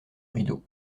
rideau